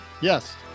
Yes